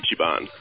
Ichiban